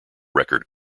record